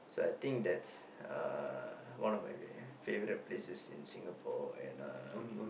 so I think that's uh one of my favourite places in Singapore and um